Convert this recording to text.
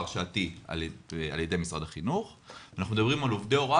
שעתי על ידי משרד החינוך; ואנחנו מדברים על עובדי הוראה,